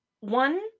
one